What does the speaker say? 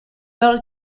earl